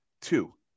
Two